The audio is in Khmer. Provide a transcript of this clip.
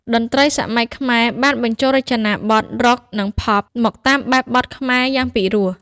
តន្ត្រីសម័យខ្មែរបានបញ្ចូលរចនាបថរ៉ុក និងផប មកតាមបែបបទខ្មែរយ៉ាងពីរោះ។